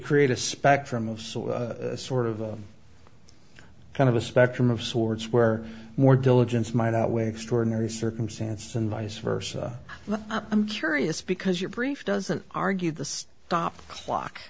create a spectrum of sort of sort of a kind of a spectrum of sorts where more diligence might outweigh extraordinary circumstances and vice versa but i'm curious because your brief doesn't argue the stopped clock